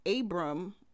abram